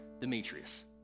Demetrius